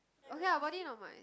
okay lah her body not much